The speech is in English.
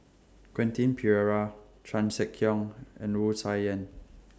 Quentin Pereira Chan Sek Keong and Wu Tsai Yen